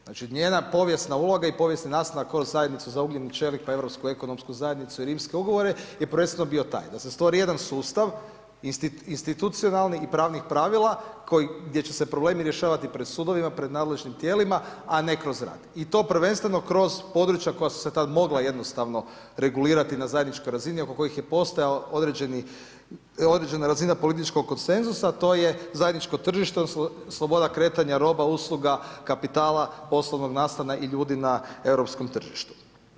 Znači njena povijesna uloga i povijesni nastanak kroz Zajednicu za ugljen i čelik, pa Europsku ekonomsku zajednicu i Rimske ugovore je prvenstveno bio taj da se stvori jedan sustav institucionalnih i pravnih pravila gdje će se problemi rješavati pred sudovima, pred nadležnim tijelima a ne kroz rad i to prvenstveno kroz područja koja su se tad mogla jednostavno regulirati na zajedničkoj razini oko kojih je postojao određena razina političkog konsenzusa, a to je zajedničko tržište, sloboda kretanja roba, usluga, kapitala, poslovnog nastana i ljudi na europskom tržištu.